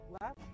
Left